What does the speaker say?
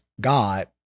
God